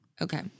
Okay